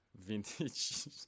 vintage